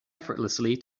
effortlessly